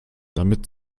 damit